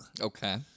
Okay